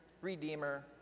Redeemer